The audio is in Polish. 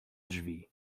drzwi